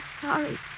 sorry